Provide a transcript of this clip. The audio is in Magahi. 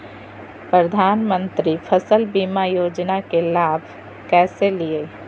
प्रधानमंत्री फसल बीमा योजना के लाभ कैसे लिये?